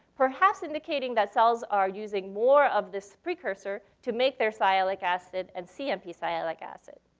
perhaps indicating that cells are using more of this precursor to make their sialic acid and cmp sialic acid.